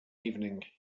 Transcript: evening